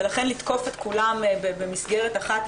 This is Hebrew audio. ולכן לתקוף את כולם במסגרת אחת,